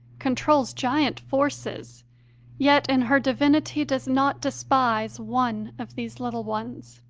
controls giant forces yet in her divinity does not despise one of these little ones.